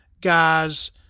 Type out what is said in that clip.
guys